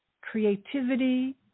creativity